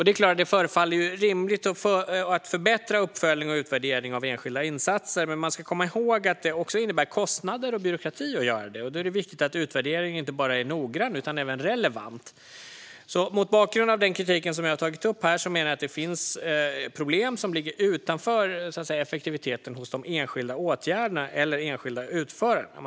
Det förefaller rimligt att förbättra uppföljning och utvärdering av enskilda insatser, men man ska komma ihåg att det också innebär kostnader och byråkrati att göra detta. Då är det viktigt att utvärderingen inte bara är noggrann utan även relevant. Mot bakgrund av den kritik som vi har tagit upp här menar jag att det finns problem som ligger utanför effektiviteten hos de enskilda åtgärderna eller enskilda utförarna.